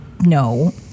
No